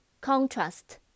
Contrast